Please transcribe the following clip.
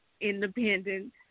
independent